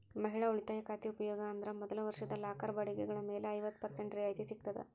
ಮಹಿಳಾ ಉಳಿತಾಯ ಖಾತೆ ಉಪಯೋಗ ಅಂದ್ರ ಮೊದಲ ವರ್ಷದ ಲಾಕರ್ ಬಾಡಿಗೆಗಳ ಮೇಲೆ ಐವತ್ತ ಪರ್ಸೆಂಟ್ ರಿಯಾಯಿತಿ ಸಿಗ್ತದ